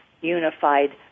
unified